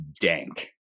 dank